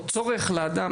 או צורך לאדם,